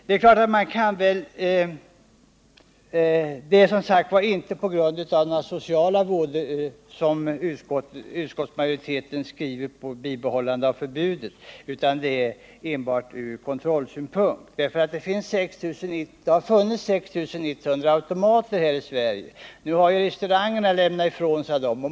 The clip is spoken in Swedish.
Det är som sagt inte på grund av några sociala vådor som utskottsmajoriteten kräver ett bibehållande av förbudet, utan det är enbart från kontrollsynpunkt. Det har funnits 6 100 automater här i Sverige, och nu har restaurangerna lämnat ifrån sig dem.